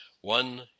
one